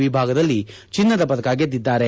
ವಿಭಾಗದಲ್ಲಿ ಚಿನ್ನದ ಪದಕ ಗೆದ್ದಿದ್ದಾರೆ